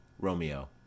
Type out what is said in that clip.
Romeo